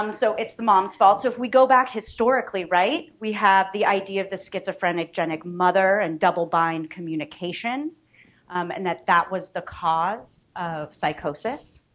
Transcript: um so it's the moms fault. so if we go back historically, right, we have the idea of the schizophrenigenic mother and double bind communication and that that was the cause of psychosis.